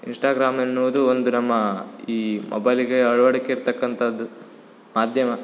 Instagram ಎನ್ನುವುದು ಒಂದು ನಮ್ಮ ಈ ಮೊಬೈಲಿಗೆ ಅಳವಡಿಕೆ ಇರ್ತಕ್ಕಂಥದ್ದು ಮಾಧ್ಯಮ